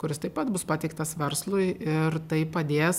kuris taip pat bus pateiktas verslui ir tai padės